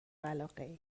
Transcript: ولاغیر